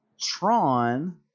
Tron